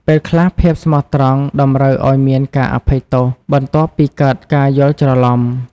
ពេលខ្លះ ភាពស្មោះត្រង់តម្រូវឱ្យមានការអភ័យទោស បន្ទាប់ពីកើតការយល់ច្រឡំ។